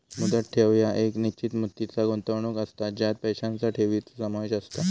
मुदत ठेव ह्या एक निश्चित मुदतीचा गुंतवणूक असता ज्यात पैशांचा ठेवीचो समावेश असता